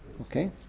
Okay